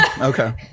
Okay